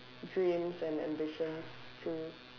dreams and ambitions too